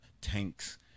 tanks